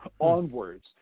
onwards